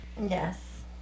Yes